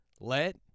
Let